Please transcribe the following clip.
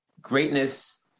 greatness